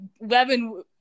Levin